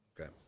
Okay